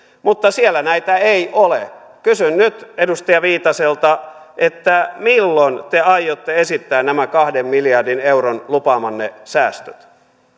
mutta siellä näitä ei ole kysyn nyt edustaja viitaselta milloin te aiotte esittää nämä lupaamanne kahden miljardin euron säästöt